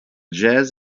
jazz